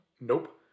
nope